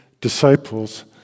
disciples